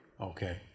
Okay